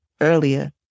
earlier